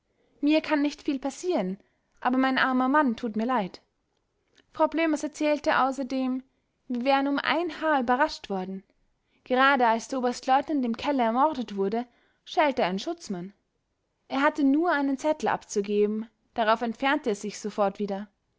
mir kann nicht viel passieren aber mein armer mann tut mir leid frau blömers erzählte außerdem wir wären um ein haar überrascht worden gerade als der oberstleutnant im keller ermordet wurde schellte ein schutzmann er hatte nur einen zettel abzugeben darauf entfernte er sich sofort wieder